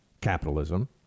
capitalism